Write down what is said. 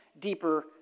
deeper